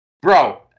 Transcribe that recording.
bro